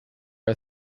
are